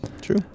true